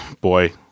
Boy